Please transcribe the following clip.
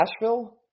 Nashville